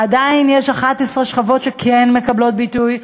עדיין יש 11 שכבות שכן מקבלות ביטוי,